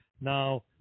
now